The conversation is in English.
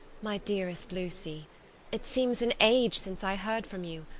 my dearest lucy it seems an age since i heard from you,